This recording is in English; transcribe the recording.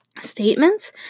statements